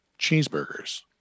Cheeseburgers